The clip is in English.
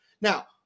Now